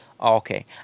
Okay